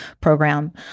program